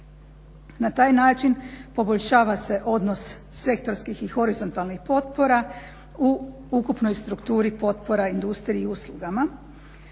Na taj način poboljšava se odnos sektorskih i horizontalnih potpora u ukupnoj strukturi potpora industriji i uslugama.